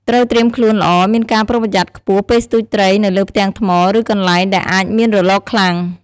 ត្រូវត្រៀមខ្លួនល្អ មានការប្រុងប្រយ័ត្នខ្ពស់ពេលស្ទូចត្រីនៅលើផ្ទាំងថ្ម ឬកន្លែងដែលអាចមានរលកខ្លាំង។